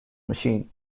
machines